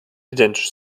identisch